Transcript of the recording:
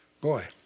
Boy